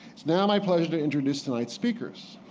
it's now my pleasure to introduce tonight's speakers.